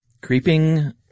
Creeping